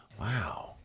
Wow